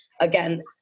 again